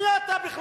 מי אתה בכלל?